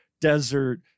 Desert